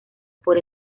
por